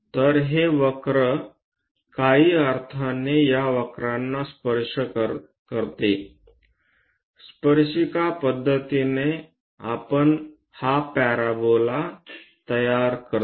तर हे वक्र काही अर्थाने या वक्रांना स्पर्श करते स्पर्शिका पद्धतीने आपण हा पॅराबोला तयार करतो